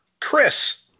Chris